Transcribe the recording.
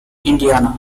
indiana